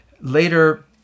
Later